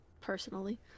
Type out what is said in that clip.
personally